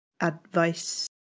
advice